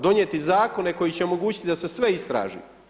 Donijeti zakone koji će omogućiti da se sve istraži.